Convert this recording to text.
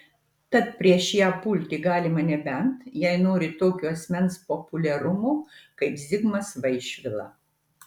tad prieš ją pulti galima nebent jei nori tokio asmens populiarumo kaip zigmas vaišvila